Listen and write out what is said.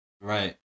Right